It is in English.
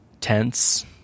tense